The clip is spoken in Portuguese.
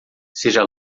seja